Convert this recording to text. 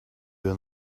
you